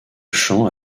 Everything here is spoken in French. chant